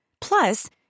Plus